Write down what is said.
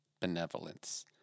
benevolence